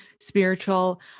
spiritual